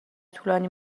طولانی